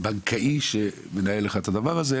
בנקאי שמנהל לך את הדבר הזה,